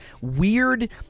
weird